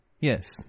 Yes